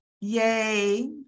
yay